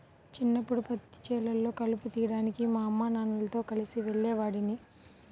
చిన్నప్పడు పత్తి చేలల్లో కలుపు తీయడానికి మా అమ్మానాన్నలతో కలిసి వెళ్ళేవాడిని